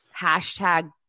hashtag